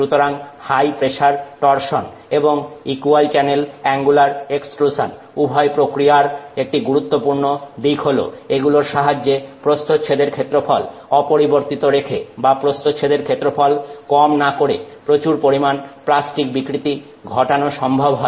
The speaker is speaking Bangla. সুতরাং হাই প্রেসার টরসন এবং ইকুয়াল চ্যানেল অ্যাঙ্গুলার এক্সট্রুসান উভয় প্রক্রিয়ার একটি গুরুত্বপূর্ণ দিক হলো এগুলোর সাহায্যে প্রস্থচ্ছেদের ক্ষেত্রফল অপরিবর্তিত রেখে বা প্রস্থচ্ছেদের ক্ষেত্রফল কম না করে প্রচুর পরিমাণ প্লাস্টিক বিকৃতি ঘটানো সম্ভব হয়